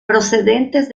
procedentes